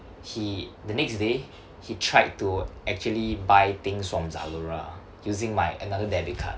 he the next day he tried to actually buy things from Zalora using my another debit card